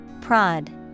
Prod